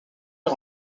les